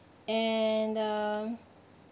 and uh